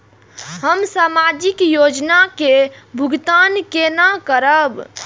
हम सामाजिक योजना के भुगतान केना करब?